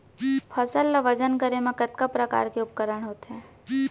फसल ला वजन करे के कतका प्रकार के उपकरण होथे?